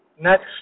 next